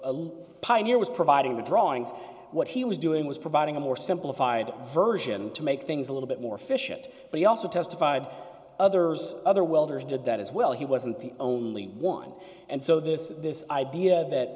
a pioneer was providing the drawings what he was doing was providing a more simplified version to make things a little bit more efficient but he also testified others other welders did that as well he wasn't the only one and so this this idea that